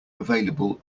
available